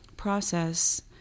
process